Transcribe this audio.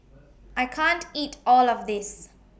I can't eat All of This